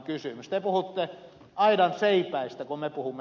te puhutte aidanseipäistä kun mä puhun